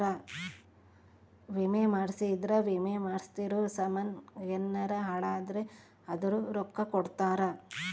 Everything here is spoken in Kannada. ವಿಮೆ ಮಾಡ್ಸಿದ್ರ ವಿಮೆ ಮಾಡ್ಸಿರೋ ಸಾಮನ್ ಯೆನರ ಹಾಳಾದ್ರೆ ಅದುರ್ ರೊಕ್ಕ ಕೊಡ್ತಾರ